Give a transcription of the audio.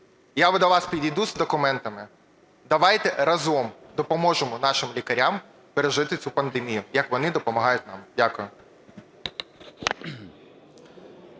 Я до вас підійду з документами, давайте разом допоможемо нашим лікарям пережити цю пандемію, як вони допомагають нам. Дякую.